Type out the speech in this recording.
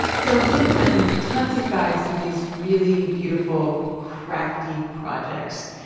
so in san quentin, tons of guys do these really beautiful crafty projects.